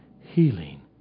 healing